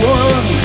one